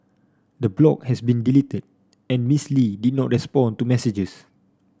the blog has been deleted and Miss Lee did not respond to messages